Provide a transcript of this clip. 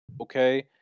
Okay